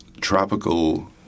tropical